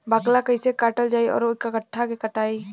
बाकला कईसे काटल जाई औरो कट्ठा से कटाई?